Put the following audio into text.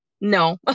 No